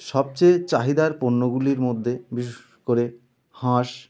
সবচেয়ে চাহিদার পণ্যগুলির মধ্যে বিশেষ করে হাঁস